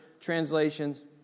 translations